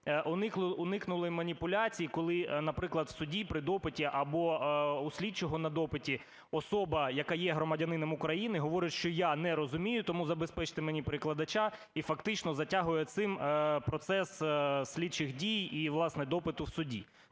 уникнули маніпуляцій, коли, наприклад, в суді при допиті або у слідчого на допиті особа, яка є громадянином України, говорить, що я не розумію, тому забезпечте мені перекладача і фактично затягує цим процес слідчих дій і, власне, допиту в суді.